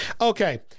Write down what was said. Okay